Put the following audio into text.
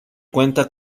cuenta